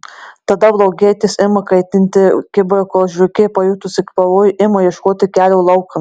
tada blogietis ima kaitinti kibirą kol žiurkė pajutusi pavojų ima ieškoti kelio laukan